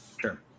Sure